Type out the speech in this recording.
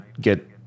get